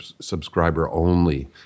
subscriber-only